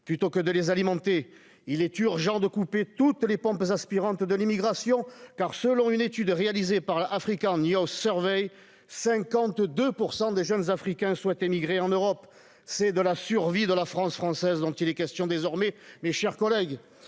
plutôt que de les alimenter, il est urgent de couper toutes les pompes aspirantes de l'immigration car selon une étude réalisée par la Africa ni au 52 pour 100 des jeunes Africains souhaitent émigrer en Europe, c'est de la survie de la France française dont il est question, désormais, mes chers collègues,